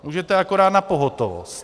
Můžete akorát na pohotovost.